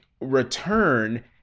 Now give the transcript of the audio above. return